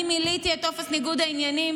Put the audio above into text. אני מילאתי את טופס ניגוד העניינים,